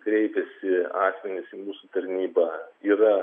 kreipiasi asmenys į mūsų tarnybą yra